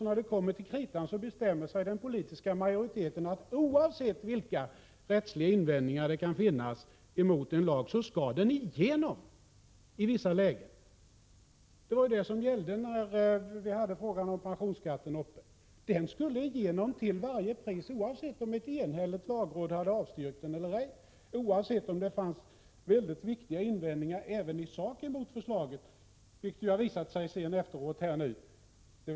När det kommer till kritan, bestämmer sig den politiska majoriteten för att oavsett vilka rättsliga invändningar som kan finnas mot en lag skall den igenom, i vissa lägen. Det var det som skedde när vi hade frågan om pensionsskatten uppe. Den skulle igenom till varje pris, oavsett om ett enhälligt lagråd hade avstyrkt den eller ej, oavsett om det fanns mycket viktiga invändningar även i sak mot förslaget, vilket har visat sig efteråt.